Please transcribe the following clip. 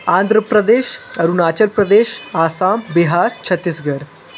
Andhra Pradesh Arunachal Pradesh Assam Bihar Chhattisgarh